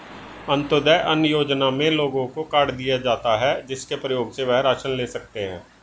अंत्योदय अन्न योजना में लोगों को कार्ड दिए जाता है, जिसके प्रयोग से वह राशन ले सकते है